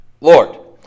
Lord